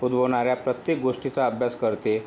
पुरवणाऱ्या प्रत्येक गोष्टीचा अभ्यास करते